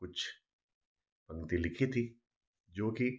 कुछ पंक्ति लिखी थी जो कि